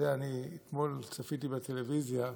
אתמול צפיתי בטלוויזיה.